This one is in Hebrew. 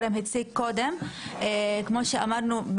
כמו שאמרנו,